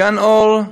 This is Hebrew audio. גן-אור,